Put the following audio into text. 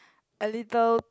a little